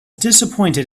disappointed